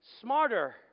smarter